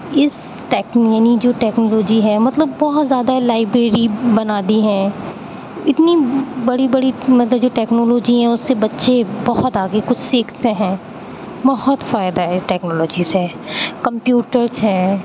اِس ٹیک نئی نئی جو ٹیکنالوجی ہے مطلب بہت زیادہ لائبریری بنا دی ہیں اتنی بڑی بڑی مطلب جو ٹیکنالوجی ہیں اُس سے بچے بہت آگے کچھ سیکھتے ہیں بہت فائدہ ہے اِس ٹیکنالوجی سے کمپیوٹرس ہیں